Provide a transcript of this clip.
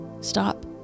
stop